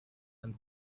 and